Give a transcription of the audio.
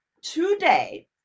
Today